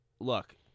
Look